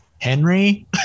Henry